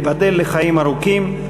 ייבדל לחיים ארוכים,